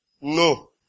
No